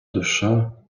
душа